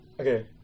okay